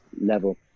level